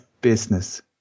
business